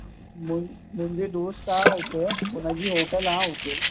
मु मुंहिंजे दोस्त आहे हुते उन जी होटल आहे हुते